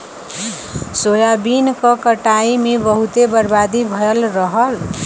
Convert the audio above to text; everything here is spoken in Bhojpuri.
सोयाबीन क कटाई में बहुते बर्बादी भयल रहल